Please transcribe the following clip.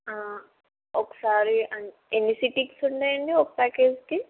ఒకసారి ఆంటే ఎన్ని సిట్టింగ్స్ ఉంటాయండి ఒక ప్యాకేజ్కి